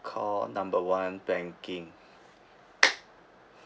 call number one banking